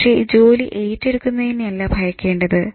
പക്ഷെ ജോലി ഏറ്റെടുക്കുന്നതിനെയല്ല ഭയക്കേണ്ടത്